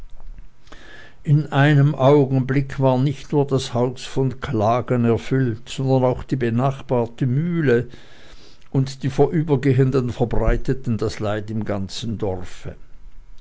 in einem augenblicke war nicht nur das haus von klagen erfüllt sondern auch die benachbarte mühle und die vorübergehenden verbreiteten das leid im ganzen dorfe